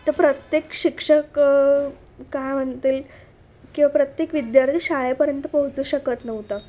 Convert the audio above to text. तर प्रत्येक शिक्षक काय म्हणतील किंवा प्रत्येक विद्यार्थी शाळेपर्यंत पोहचू शकत नव्हतं